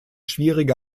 schwierige